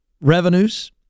revenues